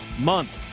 month